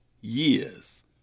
years